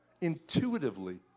Intuitively